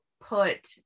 put